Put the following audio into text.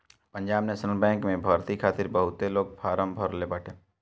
Punjab national bank में भर्ती खातिर बहुते लोग फारम भरले बाटे